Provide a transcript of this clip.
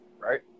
right